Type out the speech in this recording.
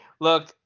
Look